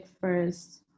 first